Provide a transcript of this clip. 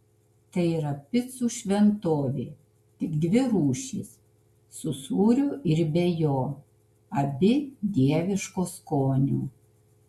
tai yra picų šventovė tik dvi rūšys su sūriu ir be jo abi dieviško skonio